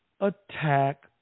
attack